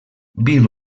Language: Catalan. bill